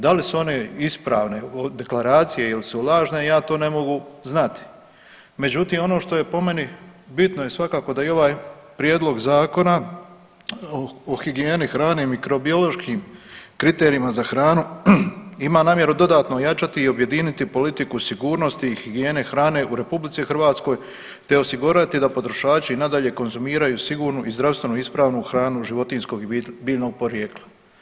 Da li su one ispravne deklaracije ili su lažne ja to ne mogu znati, međutim ono što je po meni bitno je svakako da i ovaj prijedlog zakona o higijeni hrane i mikrobiološkim kriterijima za hranu ima namjeru i dodatno ojačati i objediniti politiku sigurnosti i higijene hrane u Republici Hrvatskoj, te osigurati da potrošači i nadalje konzumiraju sigurnu i zdravstveno ispravnu hranu životinjskog i biljnog porijekla.